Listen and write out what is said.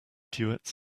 duets